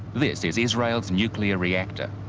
this is israel's nuclear reactor.